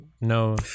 no